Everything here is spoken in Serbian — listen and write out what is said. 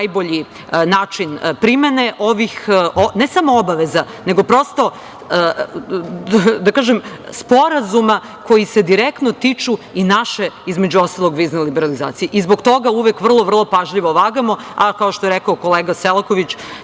najbolji način primene ovih ne samo obaveza, nego prosto, da kažem, sporazuma koji se direktno tiču i naše, između ostalog, vizne liberalizacije. Zbog toga uvek vrlo, vrlo pažljivo vagamo. Kao što je rekao kolega Selaković,